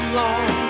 long